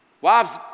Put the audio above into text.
Wives